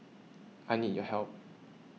I need your help